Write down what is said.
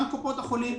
גם קופות החולים.